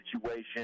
situation